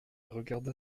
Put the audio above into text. regarda